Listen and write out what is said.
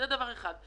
זה דבר אחד.